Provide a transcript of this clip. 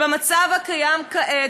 במצב הקיים כעת,